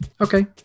Okay